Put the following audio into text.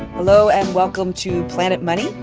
hello, and welcome to planet money.